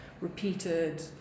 repeated